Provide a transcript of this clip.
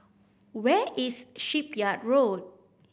where is Shipyard Road